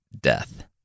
death